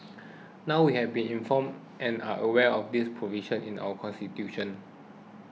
now we have been informed and are aware of this provision in our constitution